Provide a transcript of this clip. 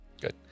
Good